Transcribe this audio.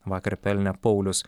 vakar pelnė paulius